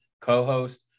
co-host